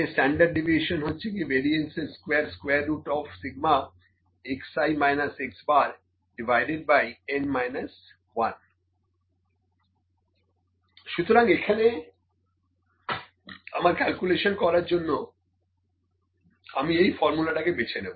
standard deviation σ√ ∑ xi−X' 2 সুতরাং এখানে আমার ক্যালকুলেশন করার জন্য আমি এই ফর্মুলাটাকে বেছে নেবো